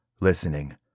listening